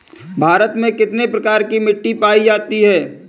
भारत में कितने प्रकार की मिट्टी पाई जाती है?